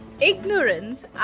ignorance